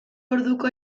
orduko